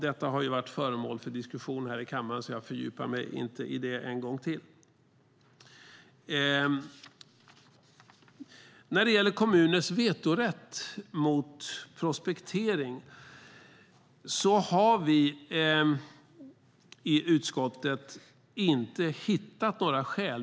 Detta har varit föremål för diskussion här i kammaren, så jag fördjupar mig inte i det. Vi i utskottet har inte hittat några skäl för kommuners vetorätt mot prospektering.